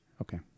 Okay